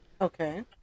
okay